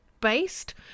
based